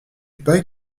pas